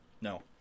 No